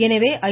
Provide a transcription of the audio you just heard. எனவே ஐ